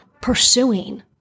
pursuing